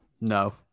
No